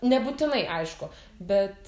nebūtinai aišku bet